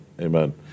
amen